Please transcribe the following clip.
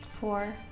Four